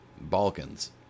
Balkans